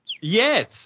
Yes